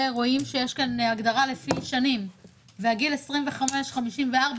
רואים שיש כאן הגדרה לפי שנים וגיל 25 עד 54,